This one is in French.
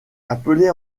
appelés